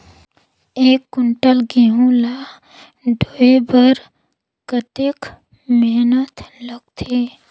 एक कुंटल गहूं ला ढोए बर कतेक मेहनत लगथे?